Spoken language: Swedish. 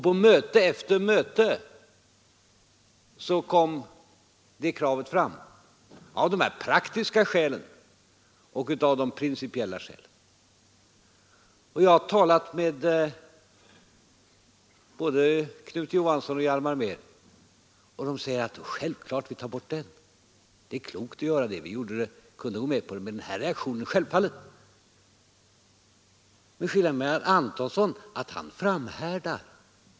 Vid möte efter möte kom det kravet fram — av praktiska och av principiella skäl. Jag har talat med både Knut Johansson och Hjalmar Mehr, och de säger: Självfallet vill vi ta bort S-procentsregeln, det är klokt att göra det — den reaktionen är självklar. Men skillnaden med herr Antonsson är att han framhärdar.